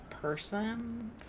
person